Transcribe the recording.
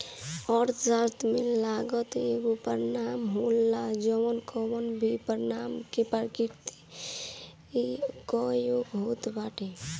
अर्थशास्त्र में लागत एगो पैमाना होला जवन कवनो भी परिणाम के प्रक्रिया कअ योग होत बाटे